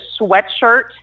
sweatshirt